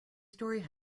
story